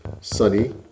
Sunny